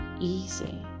easy